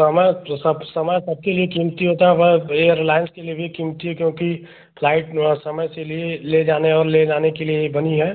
समय तो सब समय सबके लिये कीमती होता है बस एयरलाइन्स के लिये भी क्योंकि क्योंकि फ्लाइट समय से लिए ले जाने और ले जाने के लिये ही बनी है